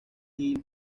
jill